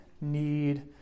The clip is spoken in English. need